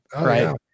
right